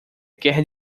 quer